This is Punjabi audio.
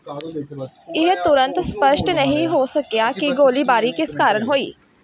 ਇਹ ਤੁਰੰਤ ਸਪਸ਼ਟ ਨਹੀਂ ਹੋ ਸਕਿਆ ਕਿ ਗੋਲੀਬਾਰੀ ਕਿਸ ਕਾਰਨ ਹੋਈ